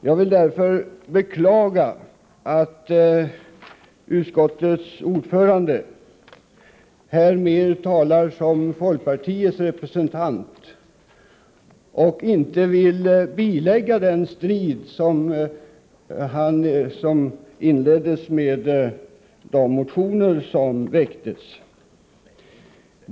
Jag vill därför beklaga att utskottets ordförande här mer talar som folkpartiets representant och inte vill bilägga den strid som inleddes med de motioner som väcktes.